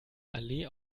allee